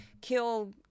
kill